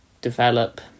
develop